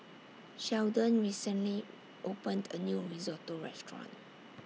Sheldon recently opened A New Risotto Restaurant